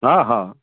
हा हा